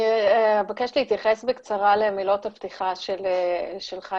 אני אבקש להתייחס בקצרה למילות הפתיחה שלך,